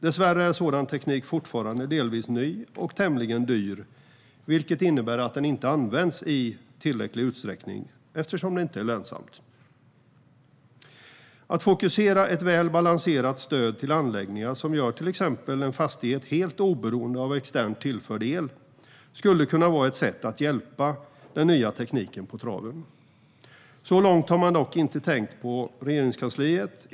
Dessvärre är sådan teknik fortfarande delvis ny och tämligen dyr, vilket innebär att den inte används i tillräcklig utsträckning, eftersom det inte är lönsamt. Att fokusera ett väl balanserat stöd på anläggningar som till exempel gör en fastighet helt oberoende av externt tillförd el skulle kunna vara ett sätt att hjälpa den nya tekniken på traven. Så långt har man dock inte tänkt i Regeringskansliet.